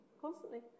constantly